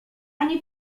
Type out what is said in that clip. ani